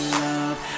love